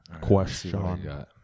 Question